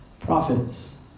prophets